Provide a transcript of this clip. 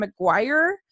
mcguire